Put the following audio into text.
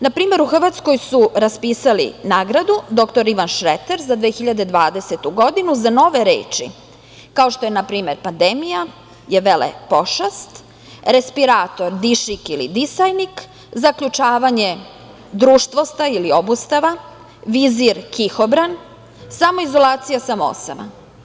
Na primer, u Hrvatskoj su raspisali nagradu „dr Ivan Šreter“ za 2020. godinu za nove reči kao što je na primer – pandemija je velepošast, respirator – dišik ili disajnik, zaključavanje – društvostaj ili obustava, vizir – kihobran, samoizolacija – samoosama.